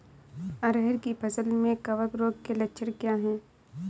अरहर की फसल में कवक रोग के लक्षण क्या है?